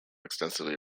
extensively